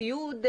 ציוד,